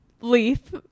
leaf